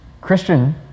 Christian